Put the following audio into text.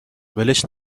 ولش